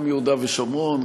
גם יהודה ושומרון,